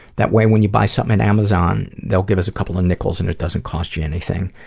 that way when you buy something at amazon, they'll give us a couple of nickels and it doesn't cost you anything.